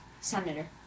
Senator